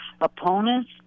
opponents